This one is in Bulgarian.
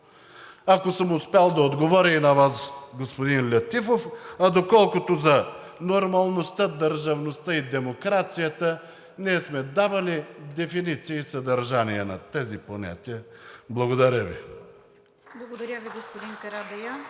ако съм успял да отговоря и на Вас, господин Летифов. Доколкото за нормалността, държавността и демокрацията – ние сме давали дефиниции и съдържание на тези понятия. Благодаря Ви. (Ръкопляскания